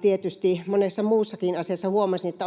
tietysti monessa muussakin asiassa. Huomasin, että